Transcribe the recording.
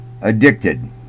addicted